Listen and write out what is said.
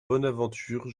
bonaventure